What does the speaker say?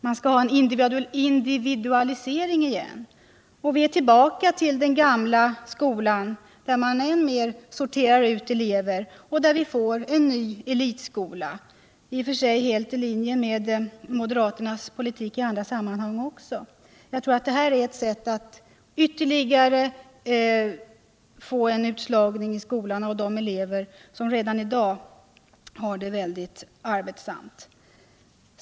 Man skall alltså ha en individualisering igen, och vi är tillbaka i den gamla skolan, där man ännu mer än i den nuvarande sorterar ut elever. Man får en ny elitskola, och det är i och för sig helt i linje med moderaternas politik i andra sammanhang. Jag tror att det här är ett sätt att få ytterligare utslagning i skolan av de elever som redan i dag har det väldigt arbetsamt.